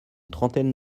trentaine